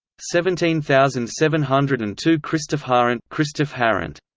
seventeen thousand seven hundred and two krystofharant krystofharant